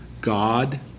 God